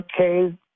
okay